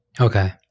okay